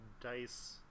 dice